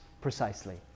precisely